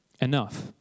Enough